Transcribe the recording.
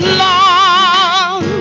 long